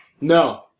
No